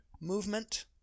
movement